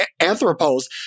Anthropos